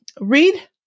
Read